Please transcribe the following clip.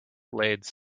blades